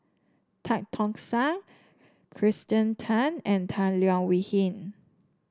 Tan Tock San Kirsten Tan and Tan Leo Wee Hin